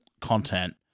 content